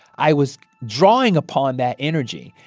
i was drawing upon that energy.